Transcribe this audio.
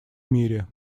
мире